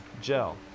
gel